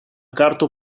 карту